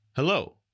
Hello